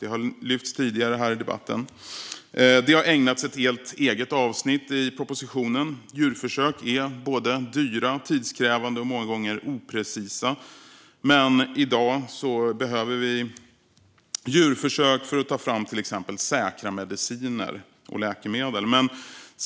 Det har lyfts tidigare här i debatten, och det har ägnats ett helt eget avsnitt i propositionen. Djurförsök är dyra, tidskrävande och många gånger oprecisa, men i dag behöver vi djurförsök för att ta fram till exempel säkra mediciner och läkemedel.